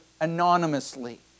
anonymously